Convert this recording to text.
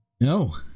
No